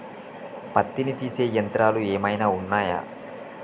పత్తిని తీసే యంత్రాలు ఏమైనా ఉన్నయా?